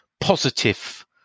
positive